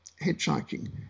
hitchhiking